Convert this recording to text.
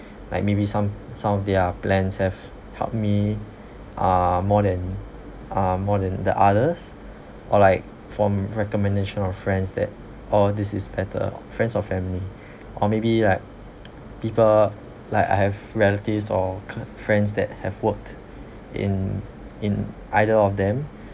like maybe some some of their plans have helped me uh more than uh more than the others or like from recommendation of friends that oh this is better friends or family or maybe like people like I have relatives or cou~ friends that have worked in in either of them